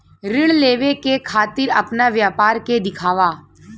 ऋण लेवे के खातिर अपना व्यापार के दिखावा?